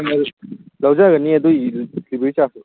ꯂꯧꯖꯒꯅꯤ ꯑꯗꯨꯗꯤ ꯊꯤꯟꯕꯒꯤ ꯆꯥꯔꯖꯇꯨ